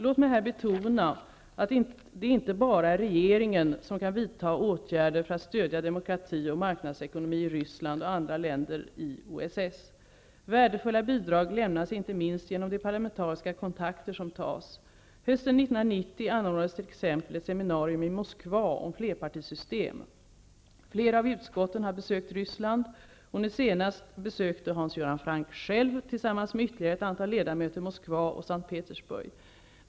Låt mig här betona att det inte bara är regeringen som kan vidtaga åtgärder för att stödja demokrati och marknadsekonomi i Ryssland och andra länder i OSS. Värdefulla bidrag lämnas inte minst genom de parlamentariska kontakter som tas. Hösten 1990 anordnades t.ex. ett seminarium i Moskva om flerpartisystem. Flera av utskotten har besökt Ryssland, och nu senast besökte Hans Göran Franck själv tillsammans med ytterligare ett antal ledamöter Moskva och S:t Petersburg.